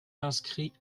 inscrits